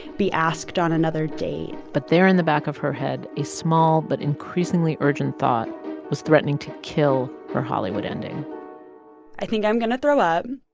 be asked on another date but there in the back of her head, a small but increasingly urgent thought was threatening to kill her hollywood ending i think i'm going to throw up.